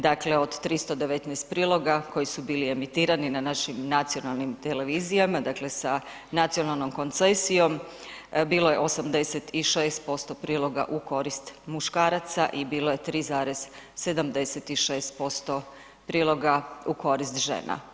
Dakle od 319 priloga koji su bili emitirani na našim nacionalnim televizijama dakle sa nacionalnom koncesijom bilo je 86% priloga u korist muškaraca i bilo je 3,76% priloga u korist žena.